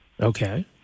Okay